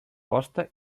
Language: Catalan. costa